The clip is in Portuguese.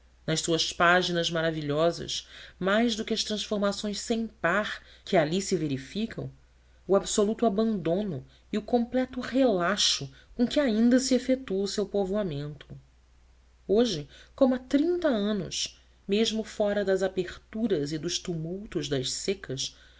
nas suas páginas maravilha nos mais do que as transformações sem par que ali se verificam o absoluto abandono e o completo relaxo com que ainda se efetua o seu povoamento hoje como há trinta anos mesmo fora das aperturas e dos tumultos das secas